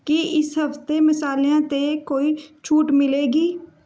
ਕੀ ਇਸ ਹਫ਼ਤੇ ਮਸਾਲਿਆਂ 'ਤੇ ਕੋਈ ਛੂਟ ਮਿਲੇਗੀ